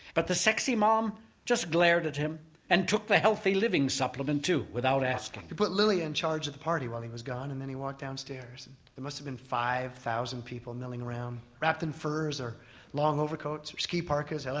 but the sexy mom just glared at him and took the healthy living supplement too without asking. he put lily in charge of the party while he was gone, and then he walked downstairs and there must have been five thousand people milling around, wrapped in furs or long overcoats, or ski parkas,